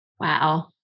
Wow